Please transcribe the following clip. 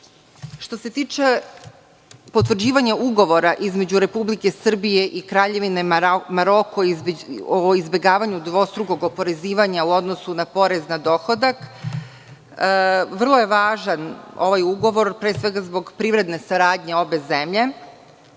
se tiče potvrđivanja Ugovora između Republike Srbije i Kraljevine Maroko o izbegavanju dvostrukog oporezivanja u odnosu na porez na dohodak, vrlo je važan ovaj ugovor pre svega zbog privredne saradnje obe zemlje,